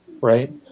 right